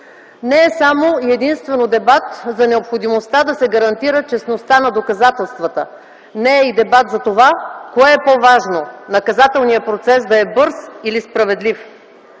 Не само и единствено дебат за необходимостта да се гарантира честността на доказателствата. Не е и дебат за това кое е по-важно – наказателният процес да е бърз или справедлив.